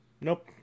Nope